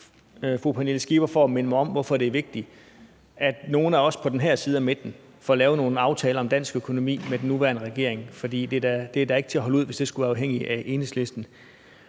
fru Pernille Skipper for at minde mig om, hvorfor det er vigtigt, at nogle af os på den her side af midten får lavet nogle aftaler om dansk økonomi med den nuværende regering, for det er da ikke til at holde ud, hvis den skulle være afhængig af Enhedslisten.